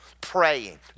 praying